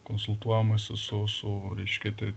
konsultuojamasi su su reiškia